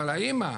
אבל האמא,